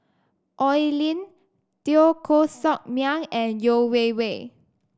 Oi Lin Teo Koh Sock Miang and Yeo Wei Wei